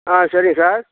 ஆ சரிங்க சார்